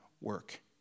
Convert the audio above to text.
work